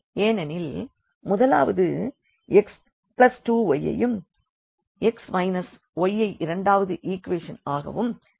ஏனெனில் முதலாவது x 2 yயையும் x y யை இரண்டாவது ஈக்வெஷன் ஆகவும் கருத வேண்டும்